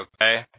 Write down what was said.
Okay